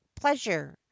pleasure